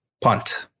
punt